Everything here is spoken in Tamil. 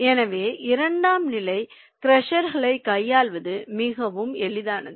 எனவே இரண்டாம் நிலை க்ரஷர்களைக் கையாள்வது மிகவும் எளிதானது